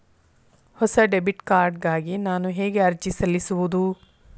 ಹೊಸ debit card ಗಾಗಿ ನಾನು ಹೇಗೆ ಅರ್ಜಿ ಸಲ್ಲಿಸುವುದು?